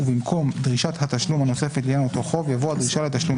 ובמקום "דרישת התשלום הנוספת לעניין אותו חוב" יבוא "הדרישה לתשלום